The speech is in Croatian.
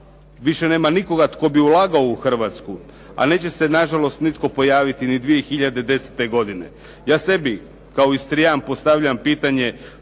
više nema nikoga tko bi ulagao u Hrvatsku, a neće se na žalost nitko pojaviti ni 2010. godine. Ja sebi kao istrijan postavljam pitanje,